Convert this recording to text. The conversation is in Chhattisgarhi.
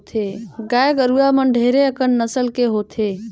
गाय गरुवा मन ढेरे अकन नसल के होथे